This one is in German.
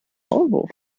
maulwurf